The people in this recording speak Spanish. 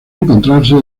encontrarse